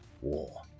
War